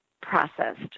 processed